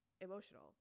emotional